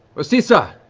osysa!